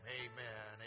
amen